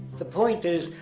the point is,